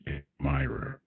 admirer